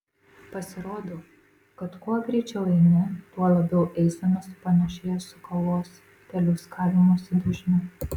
pasirodo kad kuo greičiau eini tuo labiau eisena supanašėja su kavos teliūskavimosi dažniu